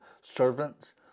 servants